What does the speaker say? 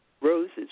roses